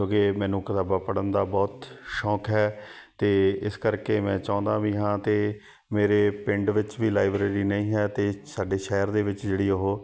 ਕਿਉਂਕਿ ਮੈਨੂੰ ਕਿਤਾਬਾਂ ਪੜ੍ਹਨ ਦਾ ਬਹੁਤ ਸ਼ੌਕ ਹੈ ਅਤੇ ਇਸ ਕਰਕੇ ਮੈਂ ਚਾਹੁੰਦਾ ਵੀ ਹਾਂ ਅਤੇ ਮੇਰੇ ਪਿੰਡ ਵਿੱਚ ਵੀ ਲਾਈਬ੍ਰੇਰੀ ਨਹੀਂ ਹੈ ਅਤੇ ਸਾਡੇ ਸ਼ਹਿਰ ਦੇ ਵਿੱਚ ਜਿਹੜੀ ਉਹ